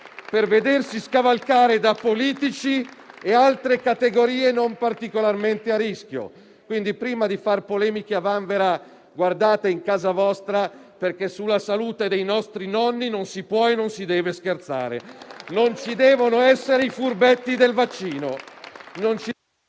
per vedersi scavalcare da politici e altre categorie non particolarmente a rischio? Quindi, prima di far polemiche a vanvera, guardate in casa vostra, perché sulla salute dei nostri nonni non si può e non si deve scherzare. Non ci devono essere i furbetti del vaccino.